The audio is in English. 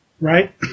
right